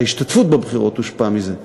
ההשתתפות בבחירות תושפע מזה.